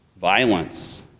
violence